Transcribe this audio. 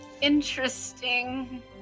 interesting